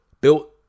built